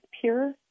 pure